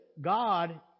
God